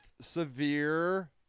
severe